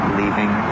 leaving